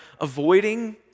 avoiding